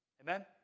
Amen